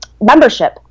membership